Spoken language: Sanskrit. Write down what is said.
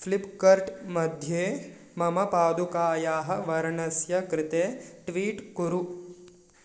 फ़्लिप्कर्ट् मध्ये मम पादुकायाः वर्णस्य कृते ट्वीट् कुरु